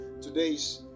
today's